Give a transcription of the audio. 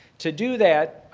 to do that,